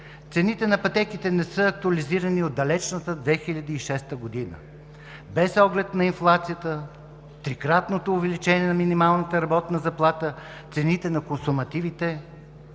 Цените на пътеките не са актуализирани от далечната 2006 г. Без оглед на инфлацията, трикратното увеличение на минималната работна заплата, цените на консумативите